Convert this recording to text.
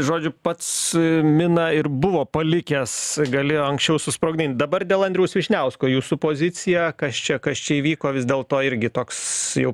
žodžiu pats miną ir buvo palikęs galėjo anksčiau susprogdint dabar dėl andriaus vyšniausko jūsų pozicija kas čia kas čia įvyko vis dėl to irgi toks jau